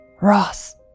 Ross